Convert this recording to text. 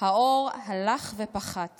האור הלך ופחת